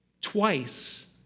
Twice